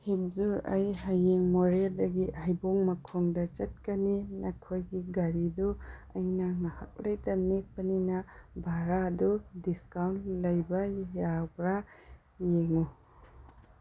ꯍꯤꯝꯖꯨꯔ ꯑꯩ ꯍꯌꯦꯡ ꯃꯣꯔꯦꯗꯒꯤ ꯍꯩꯕꯣꯡ ꯃꯈꯣꯡꯗ ꯆꯠꯀꯅꯤ ꯅꯈꯣꯏꯒꯤ ꯒꯥꯔꯤꯗꯨ ꯑꯩꯅ ꯉꯥꯏꯍꯥꯛ ꯂꯩꯇꯅ ꯅꯦꯛꯄꯅꯤꯅ ꯚꯔꯥꯗꯨ ꯗꯤꯁꯀꯥꯎꯟ ꯂꯩꯕ ꯌꯥꯕ꯭ꯔꯥ ꯌꯦꯡꯉꯨ